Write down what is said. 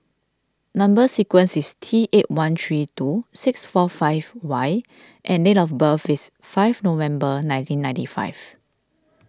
Number Sequence is T eight one three two six four five Y and date of birth is five November nineteen ninety five